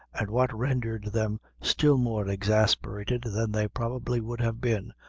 and what rendered them still more exasperated than they probably would have been,